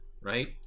right